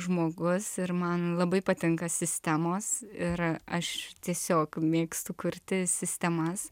žmogus ir man labai patinka sistemos ir aš tiesiog mėgstu kurti sistemas